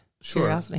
sure